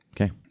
okay